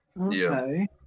Okay